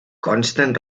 consten